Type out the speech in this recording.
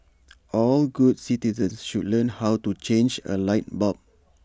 all good citizens should learn how to change A light bulb